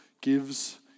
gives